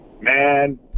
Man